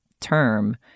term